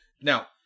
Now